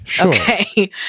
okay